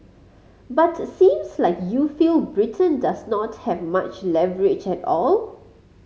but seems like you feel Britain does not have much leverage at all